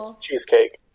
cheesecake